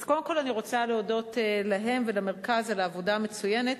אז קודם כול אני רוצה להודות להם ולמרכז על העבודה המצוינת,